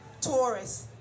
tourists